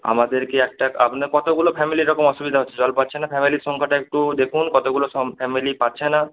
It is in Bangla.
আমাদেরকে একটা আপনার কতগুলো ফ্যামিলি এরকম অসুবিধা হচ্ছে জল পাচ্ছে না ফ্যামিলির সংখ্যাটা একটু দেখুন কতগুলো ফ্যামিলি পাচ্ছে না